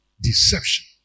Deception